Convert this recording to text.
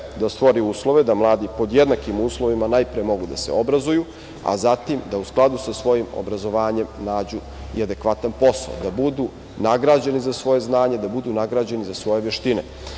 da stvori uslove da mladi pod jednakim uslovima najpre mogu da se obrazuju, a zatim da u skladu sa svojim obrazovanjem nađu i adekvatan posao, da budu nagrađeni za svoje znanje, da budu nagrađeni za svoje veštine. Kao